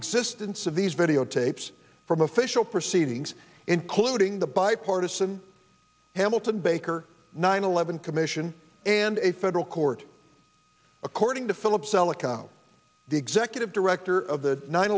existence of these videotapes from official proceedings including the bipartisan hamilton baker nine eleven commission and a federal court according to philip zelikow the executive director of the nine